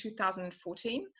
2014